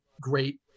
great